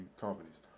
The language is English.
companies